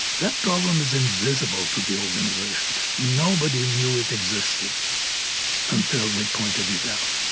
that problem is invisible to the organization. nobody knew it existed until we pointed it out.